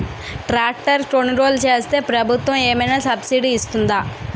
Tractor కొనుగోలు చేస్తే ప్రభుత్వం ఏమైనా సబ్సిడీ ఇస్తుందా?